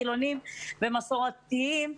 חילוניים ומסורתיים.